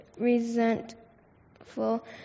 resentful